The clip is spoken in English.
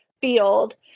field